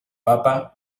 papa